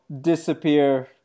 disappear